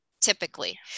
typically